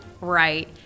right